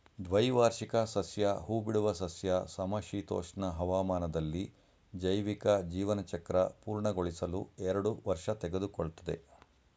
ದ್ವೈವಾರ್ಷಿಕ ಸಸ್ಯ ಹೂಬಿಡುವ ಸಸ್ಯ ಸಮಶೀತೋಷ್ಣ ಹವಾಮಾನದಲ್ಲಿ ಜೈವಿಕ ಜೀವನಚಕ್ರ ಪೂರ್ಣಗೊಳಿಸಲು ಎರಡು ವರ್ಷ ತೆಗೆದುಕೊಳ್ತದೆ